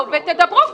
תבואו ותדברו,